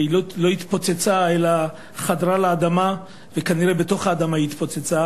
והוא לא התפוצץ אלא חדר לאדמה וכנראה בתוך האדמה הוא התפוצץ.